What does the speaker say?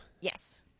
Yes